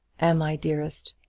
am i dearest?